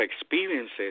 experiences